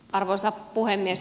arvoisa puhemies